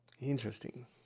Interesting